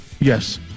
Yes